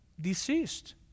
deceased